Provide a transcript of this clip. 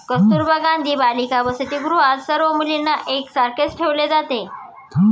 कस्तुरबा गांधी बालिका वसतिगृहात सर्व मुलींना एक सारखेच ठेवले जाते